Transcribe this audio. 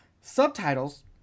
subtitles